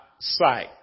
sight